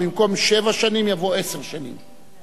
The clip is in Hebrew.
במקום שבע שנים יבוא עשר שנים.